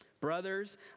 Brothers